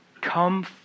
come